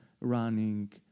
running